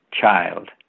child